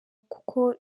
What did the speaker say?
kuko